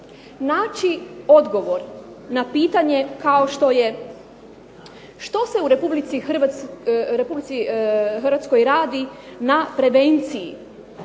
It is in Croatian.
naći odgovor na pitanje kao što je što se u RH radi na prevenciji